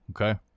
Okay